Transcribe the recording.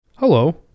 Hello